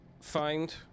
find